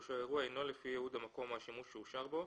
או שהאירוע אינו לפי ייעוד המקום או השימוש שאושר בו,